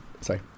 Sorry